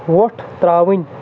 وۄٹھ ترٛاوٕنۍ